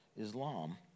Islam